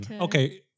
okay